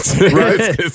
right